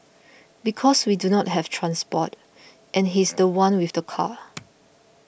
because we do not have transport and he's the one with the car